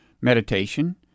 meditation